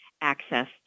access